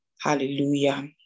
Hallelujah